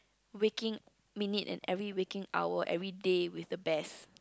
weeking minute and every weeking hour everyday with the best